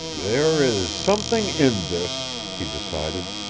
there is something in this, he decided.